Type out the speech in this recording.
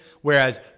whereas